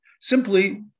simply